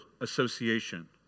association